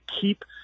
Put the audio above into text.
keep